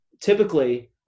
typically